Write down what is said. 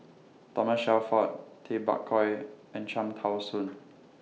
Thomas Shelford Tay Bak Koi and Cham Tao Soon